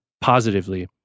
positively